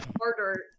harder